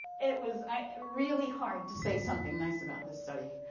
it was really hard to say something nice about this study.